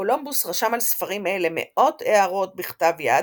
קולומבוס רשם על ספרים אלה מאות הערות בכתב יד,